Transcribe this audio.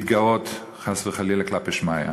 ולהתגרות, חס וחלילה, כלפי שמיא.